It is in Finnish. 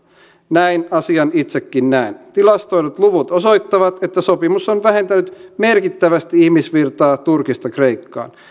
näin asian itsekin näen tilastoidut luvut osoittavat että sopimus on vähentänyt merkittävästi ihmisvirtaa turkista kreikkaan